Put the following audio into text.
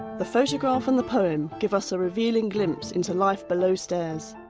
the photograph and the poem give us a revealing glimpse into life below stairs.